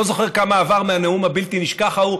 לא זוכר כמה עבר מהנאום הבלתי-נשכח ההוא,